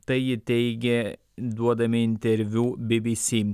tai ji teigė duodami interviu bibisi